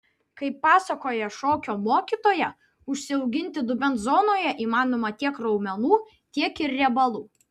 kaip pasakoja šokio mokytoja užsiauginti dubens zonoje įmanoma tiek raumenų tiek ir riebalų